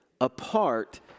apart